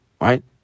right